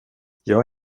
jag